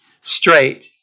straight